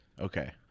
Okay